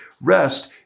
Rest